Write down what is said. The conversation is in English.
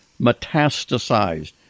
metastasized